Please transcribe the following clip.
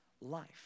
life